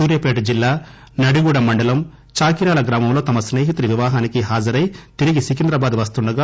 సూర్యాపేట జిల్లా నడిగుడెం మండలం దాకిరాల గ్రామంలో తమ స్పేహితుడి వివాహానికి హాజరై తిరిగి సికింద్రాబాద్ వస్తుండగా